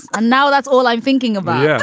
and now that's all i'm thinking of. um yeah,